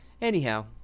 Anyhow